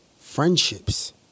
friendships